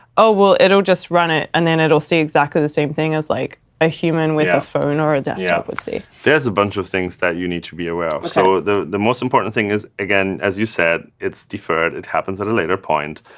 oh, well, it'll just run it, and then it'll see exactly the same thing as like a human with a phone or a desktop would see? martin splitt there's a bunch of things that you need to be aware of. so the the most important thing is, again, as you said, it's deferred. it happens at a later point.